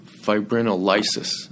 fibrinolysis